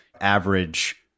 average